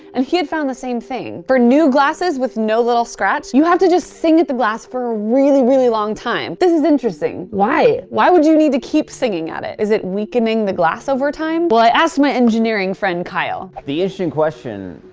and he had found the same thing. for new glasses with no little scratch, you have to just sing at the glass for a really, really long time. this is interesting. why? why would you need to keep singing at it. is it weakening the glass over time? well, i asked my engineering friend kyle. the issue in question,